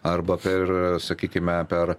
arba per sakykime per